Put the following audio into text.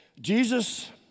Jesus